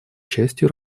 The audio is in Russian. частью